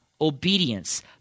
obedience